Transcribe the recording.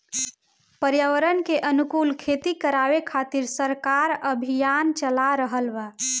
पर्यावरण के अनुकूल खेती करावे खातिर सरकार अभियान चाला रहल बा